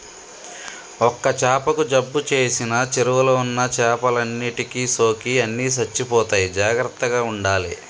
ఒక్క చాపకు జబ్బు చేసిన చెరువుల ఉన్న చేపలన్నిటికి సోకి అన్ని చచ్చిపోతాయి జాగ్రత్తగ ఉండాలే